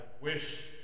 wish